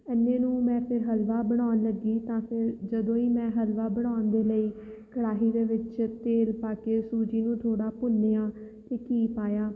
ਐਨੇ ਨੂੰ ਮੈਂ ਫਿਰ ਹਲਵਾ ਬਣਾਉਣ ਲੱਗੀ ਤਾਂ ਫਿਰ ਜਦੋਂ ਹੀ ਮੈਂ ਹਲਵਾ ਬਣਾਉਣ ਦੇ ਲਈ ਕੜਾਹੀ ਦੇ ਵਿੱਚ ਤੇਲ ਪਾ ਕੇ ਸੂਜੀ ਨੂੰ ਥੋੜ੍ਹਾ ਭੁੰਨਿਆ ਅਤੇ ਘੀ ਪਾਇਆ